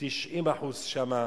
90% שם,